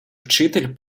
вчитель